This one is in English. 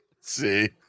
See